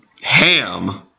ham